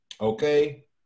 Okay